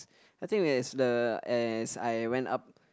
I think as the as I went up